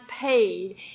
paid